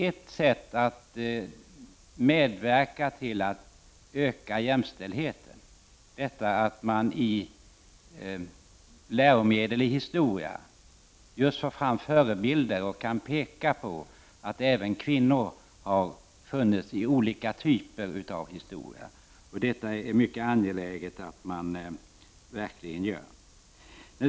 Ett sätt att medverka till att öka jämställdhe ten tror vi är att i läromedel i historia ta fram förebilder och peka på kvinnor i historien. Det är mycket angeläget att man verkligen gör det.